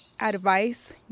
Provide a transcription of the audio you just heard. advice